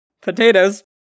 potatoes